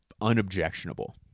unobjectionable